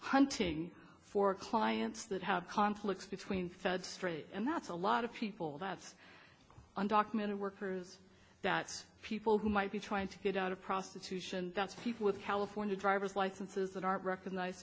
hunting for clients that have conflicts between fed straight and that's a lot of people that's undocumented workers that's people who might be trying to get out of prostitution that's people with california driver's licenses that aren't recognized